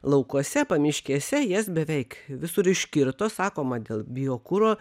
laukuose pamiškėse jas beveik visur iškirto sakoma dėl biokuro